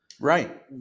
Right